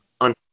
On